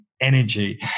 energy